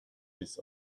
his